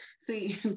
see